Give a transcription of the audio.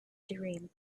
dream